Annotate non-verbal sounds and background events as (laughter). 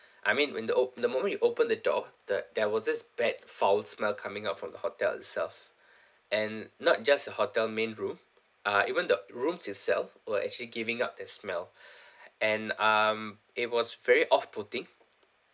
(breath) I mean when the o~ the moment you open the door there there was this bad foul smell coming out from the hotel itself (breath) and not just the hotel main room uh even the rooms itself were actually giving up that smell (breath) and um it was very off-putting